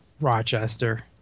Rochester